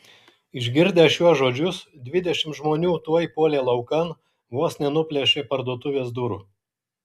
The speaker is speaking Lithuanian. išgirdę šiuos žodžius dvidešimt žmonių tuoj puolė laukan vos nenuplėšė parduotuvės durų